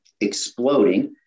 exploding